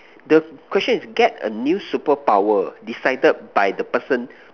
the question is get a new superpower decided by the person